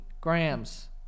grams